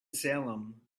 salem